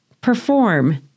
perform